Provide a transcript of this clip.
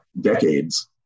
decades